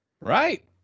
right